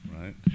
Right